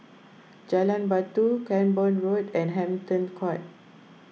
Jalan Batu Cranborne Road and Hampton Court